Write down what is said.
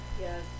Yes